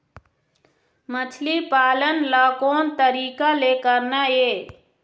मछली पालन ला कोन तरीका ले करना ये?